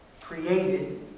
created